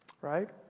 right